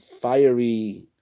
fiery